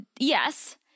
yes